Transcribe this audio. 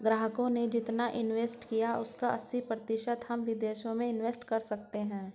ग्राहकों ने जितना इंवेस्ट किया है उसका अस्सी प्रतिशत हम विदेश में इंवेस्ट कर सकते हैं